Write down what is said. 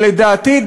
לדעתי,